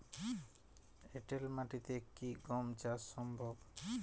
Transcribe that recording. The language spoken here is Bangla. এঁটেল মাটিতে কি গম চাষ সম্ভব?